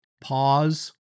Pause